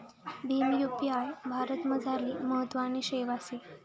Bhim UPI भारतमझारली महत्वनी सेवा शे